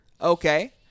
Okay